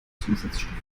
zusatzstoffe